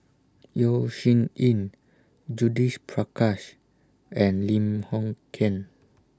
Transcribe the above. Yeo Shih Yun Judith Prakash and Lim Hng Kiang